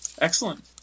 Excellent